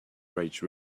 rage